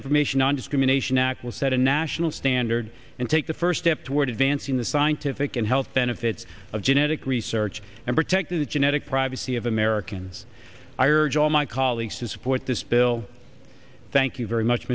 information nondiscrimination act will set a national standard and take the first step toward advancing the scientific and health benefits of genetic research and protect the genetic privacy of americans i urge all my colleagues to support this bill thank you very much